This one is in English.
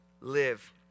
live